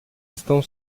estão